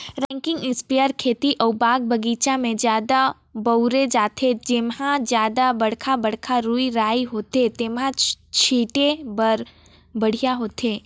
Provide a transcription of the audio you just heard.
rocking इस्पेयर खेत अउ बाग बगीचा में जादा बउरे जाथे, जेम्हे जादा बड़खा बड़खा रूख राई होथे तेम्हे छीटे बर बड़िहा होथे